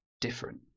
different